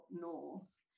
north